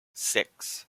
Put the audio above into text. six